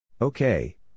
Okay